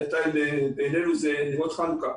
בעינינו זה נרות חנוכה